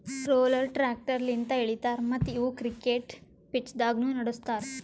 roller tractor ಲಿಂತ್ ಎಳಿತಾರ ಮತ್ತ್ ಇವು ಕ್ರಿಕೆಟ್ ಪಿಚ್ದಾಗ್ನು ನಡುಸ್ತಾರ್